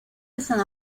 están